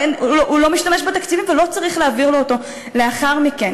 הוא לא משתמש בתקציבים ולא צריך להעביר לו אותם לאחר מכן.